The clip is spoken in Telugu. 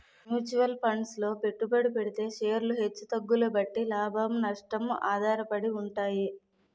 మ్యూచువల్ ఫండ్సు లో పెట్టుబడి పెడితే షేర్లు హెచ్చు తగ్గుల బట్టి లాభం, నష్టం ఆధారపడి ఉంటాయి